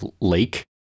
lake